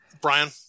Brian